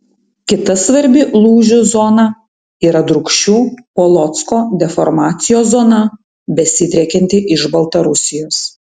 kita svarbi lūžių zona yra drūkšių polocko deformacijos zona besidriekianti iš baltarusijos